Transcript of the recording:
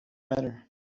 matter